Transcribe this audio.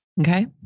Okay